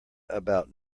about